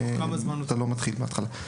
הוא לא מתחיל בהתחלה.